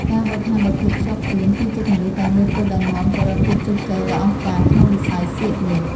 ការហ្វឹកហាត់ដោយភាពខ្ជាប់ខ្ជួនគឺជាគន្លឹះតែមួយគត់ដែលនាំទៅរកភាពជោគជ័យដ៏អស្ចារ្យក្នុងវិស័យសៀកនេះ។